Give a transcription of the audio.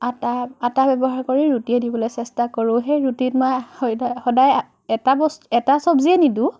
আটা আটা ব্যৱহাৰ কৰি ৰুটিয়েই দিবলৈ চেষ্টা কৰোঁ সেই ৰুটিত মই সাদায় সদায় এটা বস্ এটা চব্জিয়েই নিদিওঁ